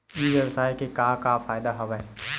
ई व्यवसाय के का का फ़ायदा हवय?